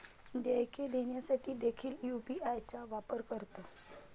देयके देण्यासाठी देखील यू.पी.आय चा वापर करतो